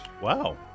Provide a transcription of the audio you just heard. wow